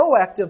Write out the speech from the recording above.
Proactive